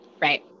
Right